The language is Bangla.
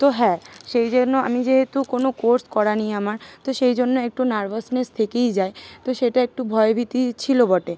তো হ্যাঁ সেই জন্য আমি যেহেতু কোনও কোর্স করা নেই আমার তো সেই জন্য একটু নার্ভাসনেস থেকেই যায় তো সেটা একটু ভয় ভীতি ছিল বটে